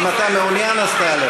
אם אתה מעוניין, אז תעלה.